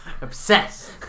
Obsessed